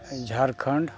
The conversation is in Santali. ᱡᱷᱟᱲᱠᱷᱚᱸᱰ